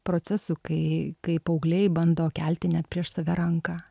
procesų kai kai paaugliai bando kelti net prieš save ranką